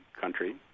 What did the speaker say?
country